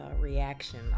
reaction